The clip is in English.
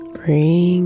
bring